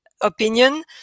opinion